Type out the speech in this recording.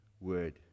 word